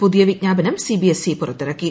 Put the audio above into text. പുതിയ വിജ്ഞാപനം സിബിഎസ്ഇ പുറത്തിറക്കി